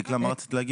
דקלה, מה רצית לומר?